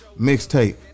mixtape